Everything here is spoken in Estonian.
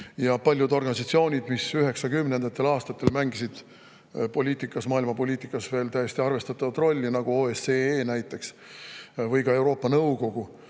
Paljud organisatsioonid, mis 1990. aastatel mängisid maailma poliitikas veel täiesti arvestatavat rolli, nagu OSCE või ka Euroopa Nõukogu,